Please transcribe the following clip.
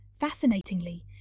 Fascinatingly